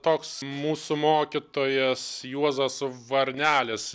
toks mūsų mokytojas juozas varnelis